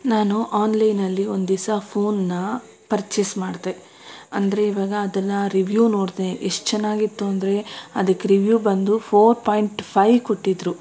ನಾನು ಆನ್ಲೈನಲ್ಲಿ ಒಂದಿವಸ ಫೋನ್ನ ಪರ್ಚೇಸ್ ಮಾಡಿದೆ ಅಂದರೆ ಇವಾಗ ಅದನ್ನು ರಿವ್ಯೂ ನೋಡಿದೆ ಎಷ್ಟು ಚೆನ್ನಾಗಿತ್ತು ಅಂದರೆ ಅದಕ್ಕೆ ರಿವ್ಯೂ ಬಂದು ಫೋರ್ ಪಾಯಿಂಟ್ ಫೈ ಕೊಟ್ಟಿದ್ದರು